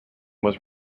was